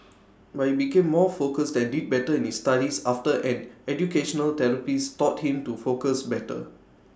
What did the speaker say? but he became more focused and did better in studies after an educational therapist taught him to focus better